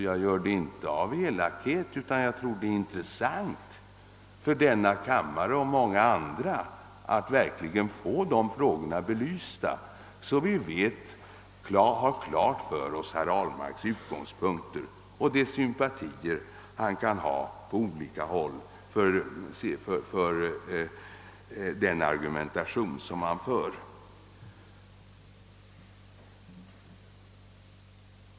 Jag gör det inte av elakhet utan därför att jag tror att det är av intresse för ledamöterna av denna kammare och för många andra att verkligen få frågorna belysta, så att vi har klart för oss vilka utgångspunkter herr Ahlmark har och vilka sympatier han på olika håll kan vinna för sin argumentation.